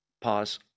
Pause